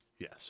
Yes